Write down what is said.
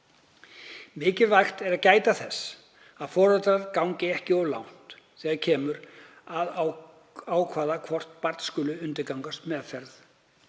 Mikilvægt er að gæta þess að foreldrar gangi ekki of langt þegar kemur að því að ákveða hvort barn skuli undirgangast meðferð.